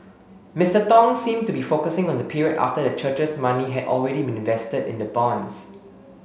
Mister Tong seemed to be focusing on the period after the church's money had already been invested in the bonds